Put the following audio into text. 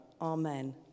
Amen